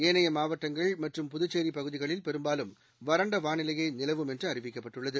ஏனைய மாவட்டங்கள் மற்றும் புதுச்சேரிபகுதிகளில் பெரும்பாலும் வறண்டவானிலையேநிலவும் என்றுஅறிவிக்கப்பட்டுள்ளது